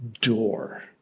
door